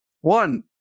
One